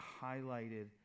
highlighted